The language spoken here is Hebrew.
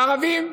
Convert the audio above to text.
לערבים,